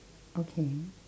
okay